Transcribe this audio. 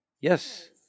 Yes